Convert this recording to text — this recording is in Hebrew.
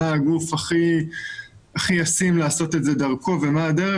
מה הגוף הכי ישים לעשות את זה דרכו ומה הדרך.